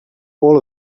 all